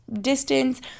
distance